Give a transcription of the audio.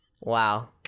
wow